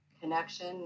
connection